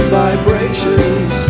vibrations